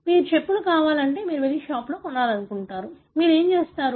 మీకు చెప్పులు కావాలంటే మీరు వెళ్లి షాప్లో కొనాలనుకుంటున్నారు మీకు తెలుసా మీరు ఏమి చేస్తారు